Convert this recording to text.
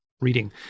reading